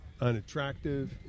unattractive